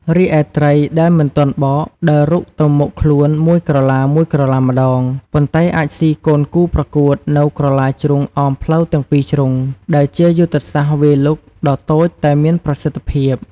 រីឯ ត្រី ដែលមិនទាន់បក ដើររុកទៅមុខខ្លួនមួយក្រឡាៗម្តង ប៉ុន្តែអាចស៊ីកូនគូប្រកួតនៅក្រឡាជ្រុងអមផ្លូវទាំងពីរជ្រុង ដែលជាយុទ្ធសាស្ត្រវាយលុកដ៏តូចតែមានប្រសិទ្ធភាព។